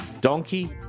Donkey